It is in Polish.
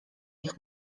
ich